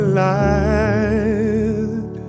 light